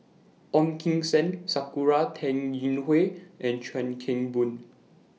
Ong Kim Seng Sakura Teng Ying Hua and Chuan Keng Boon